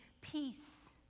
Peace